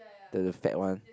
the the fat one